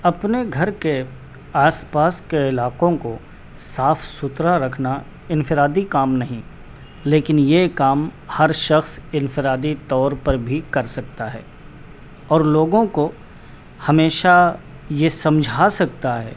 اپنے گھر کے آس پاس کے علاقوں کو صاف ستھرا رکھنا انفرادی کام نہیں لیکن یہ کام ہر شخص انفرادی طور پر بھی کر سکتا ہے اور لوگوں کو ہمیشہ یہ سمجھا سکتا ہے